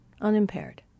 Unimpaired